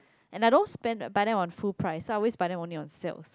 and I don't spend buy them on full price so I always buy them on sale